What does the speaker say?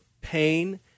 pain